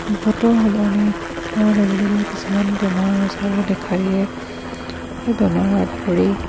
বতৰ সলনি হোৱাৰ লগে লগে কিছুমান বেমাৰ আজাৰে দেখা দিয়ে সেই বেমাৰত পৰি